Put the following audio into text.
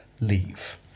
leave